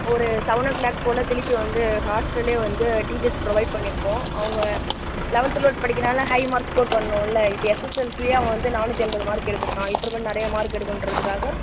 ஒரு seven o'clock போல் திருப்பி வந்து ஹாஸ்ட்டல்லயே வந்து டீச்சர்ஸ் ப்ரொவைட் பண்ணிருக்கோம் அவங்க லெவன்த் டூவல்த் படிக்கிறதனால ஹை மார்க்ஸ் ஸ்கோர் பண்ணனும்ல இப்போ எஸ்எஸ்எல்சியே அவன் வந்து நானூற்றி எண்பது மார்க் எடுத்துருக்கான் இப்பவும் நிறைய மார்க் எடுக்கணுன்றதுக்காக